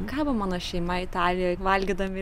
kabo mano šeima italijoj valgydami